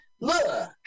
look